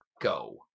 Go